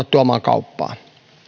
tuomaan kauppaan